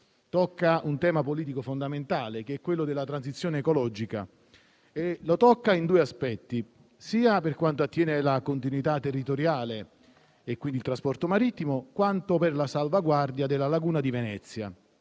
tocca un tema politico fondamentale, quello della transizione ecologica. E lo tocca in due aspetti: sia per quanto attiene alla continuità territoriale e quindi al trasporto marittimo, sia per la salvaguardia della laguna di Venezia.